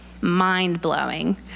mind-blowing